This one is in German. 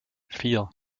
vier